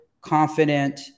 confident